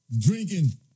drinking